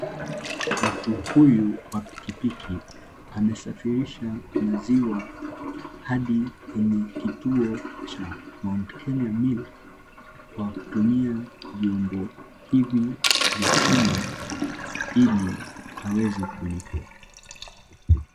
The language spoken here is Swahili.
Mtu huyu wa pikipiki amesafirisha maziwa hadi kwenye kituo cha mount Kenya milk kwa kutumia vyombo hivi vya chuma ili aweze kulipwa.